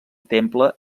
temple